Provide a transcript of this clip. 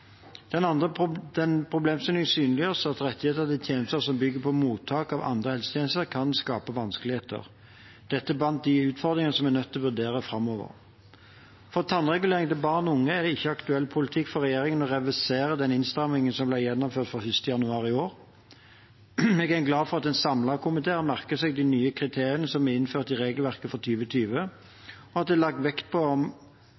Den problemstillingen synliggjør at rettigheter til tjenester som bygger på mottak av andre helsetjenester, kan skape vanskeligheter. Dette er blant de utfordringene vi er nødt til å vurdere framover. For tannregulering til barn og unge er det ikke aktuell politikk for regjeringen å reversere den innstrammingen som ble gjennomført fra 1. januar i år. Jeg er glad for at en samlet komité har merket seg de nye kriteriene som er innført i regelverket fra 2020, og at det er lagt vekt på om